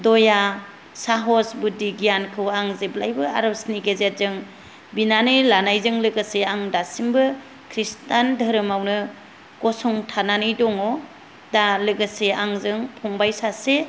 दया साहस बुद्धि गियानखौ आं जेब्लायबो आर'जनि गेजेरजों बिनानै लानायजों लोगोसे आं दासिमबो ख्रिष्टान धोरोमावनो गसंथानानै दङ दा लोगोसे आंजों फंबाय सासे